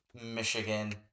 Michigan